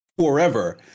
forever